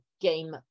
game